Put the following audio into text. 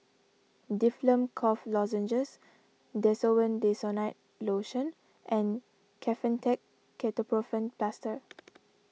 Difflam Cough Lozenges Desowen Desonide Lotion and Kefentech Ketoprofen Plaster